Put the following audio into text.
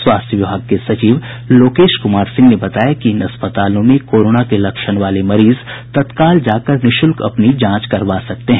स्वास्थ्य विभाग के सचिव लोकेश कुमार सिंह ने बताया कि इन अस्पतालों में कोरोना के लक्षण वाले मरीज तत्काल जाकर निःशुल्क अपनी जांच करवा सकते हैं